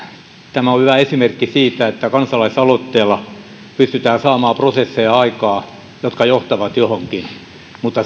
tämä on hyvä esimerkki siitä että kansalaisaloitteella pystytään saamaan aikaan prosesseja jotka johtavat johonkin mutta